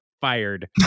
fired